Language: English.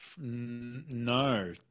No